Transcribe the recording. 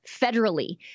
federally